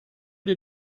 did